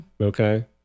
Okay